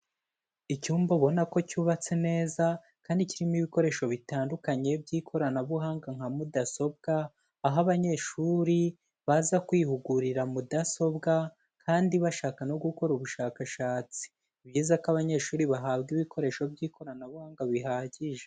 Icyumba ubona ko cyubatse neza kandi kirimo ibikoresho bitandukanye by'ikoranabuhanga nka mudasobwa, aho abanyeshuri baza kwihugurira mudasobwa kandi bashaka no gukora ubushakashatsi, ni byiza ko abanyeshuri bahabwa ibikoresho by'ikoranabuhanga bihagije.